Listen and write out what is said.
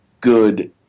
good